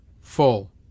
full